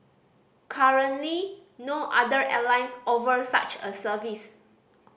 currently no other airlines offer such a service